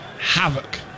havoc